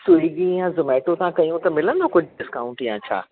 Swiggy ऐं Zomato सां कयूं त मिलंदो कुझु डिस्काऊंट या छा